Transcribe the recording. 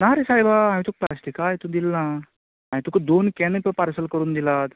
ना रे सायबा हांवें तुक् प्लास्टिका हितू दिल ना हांय तुकां दोन कॅनां प पार्सल करून दिलात